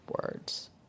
words